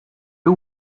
two